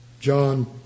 John